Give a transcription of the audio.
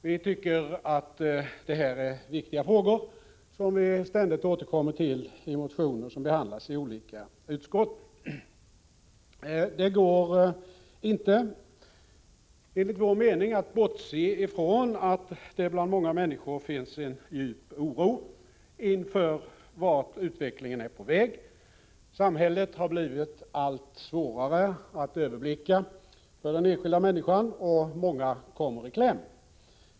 Vi tycker att det här är viktiga frågor, som vi ständigt återkommer till i motioner som behandlas i olika utskott. Det går inte, enligt vår mening, att bortse från att det bland många människor finns en djup oro inför vart utvecklingen är på väg. Samhället har blivit allt svårare att överblicka för den enskilda människan och många kommer i kläm.